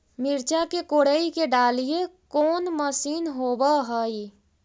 मिरचा के कोड़ई के डालीय कोन मशीन होबहय?